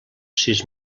sis